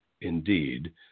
indeed